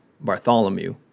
Bartholomew